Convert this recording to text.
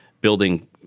building